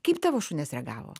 kaip tavo šunys reagavo